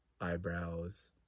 eyebrows